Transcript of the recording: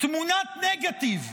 תמונת נגטיב,